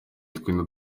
utwenda